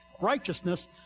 righteousness